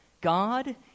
God